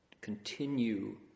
continue